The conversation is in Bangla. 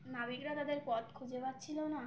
নাাবিকরা তাদের পথ খুঁজে পাচ্ছিল না